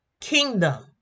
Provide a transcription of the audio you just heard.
Kingdom